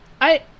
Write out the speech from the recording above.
I-